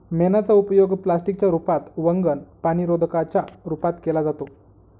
मेणाचा उपयोग प्लास्टिक च्या रूपात, वंगण, पाणीरोधका च्या रूपात केला जातो